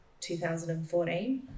2014